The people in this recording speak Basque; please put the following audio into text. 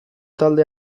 talde